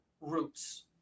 roots